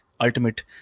ultimate